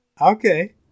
Okay